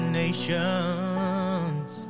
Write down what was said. nations